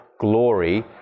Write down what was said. glory